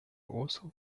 also